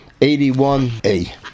81a